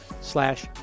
slash